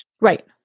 Right